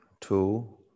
two